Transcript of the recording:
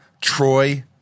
Troy